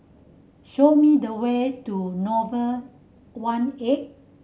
show me the way to Nouvel one eight